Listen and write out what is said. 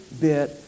bit